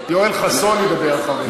יואל חסון ידבר אחרי זה.